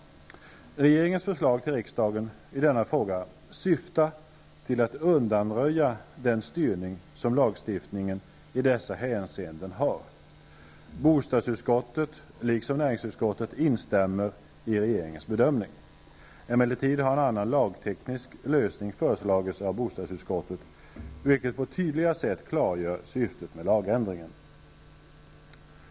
Regeringens förslag till riksdagen i denna fråga syftar till att undanröja den styrning som lagstiftningen i dessa hänseenden har. Bostadsutskottet, liksom näringsutskottet, instämmer i regeringens bedömning. Emellertid har en annan lagteknisk lösning föreslagits av bostadsutskottet, vilken på ett tydligare sätt klargör syftet med lagändringen.